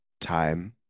time